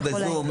הוא יכול להעיר.